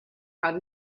how